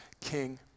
king